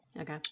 Okay